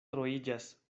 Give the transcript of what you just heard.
troiĝas